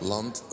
Land